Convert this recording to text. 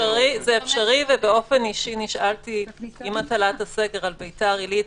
אפשרי ובאופן אישי נשאלתי עם הטלת הסגר על ביתר עילית